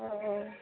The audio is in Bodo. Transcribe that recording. अ